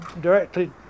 directly